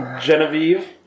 Genevieve